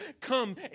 come